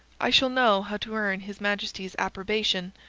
i shall know how to earn his majesty's approbation.